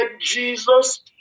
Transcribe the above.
Jesus